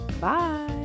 Bye